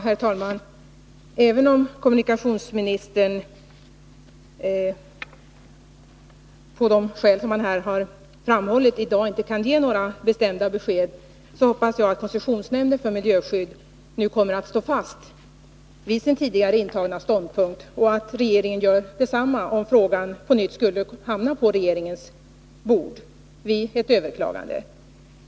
Herr talman! Även om kommunikationsministern, av de skäl som han här har framhållit, i dag inte kan ge några bestämda besked hoppas jag att koncessionsnämnden för miljöskydd nu kommer att stå fast vid sin tidigare intagna ståndpunkt och att regeringen gör detsamma om frågan på nytt skulle hamna på regeringens bord vid ett överklagande.